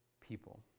people